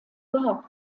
war